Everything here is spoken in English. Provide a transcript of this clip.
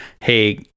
hey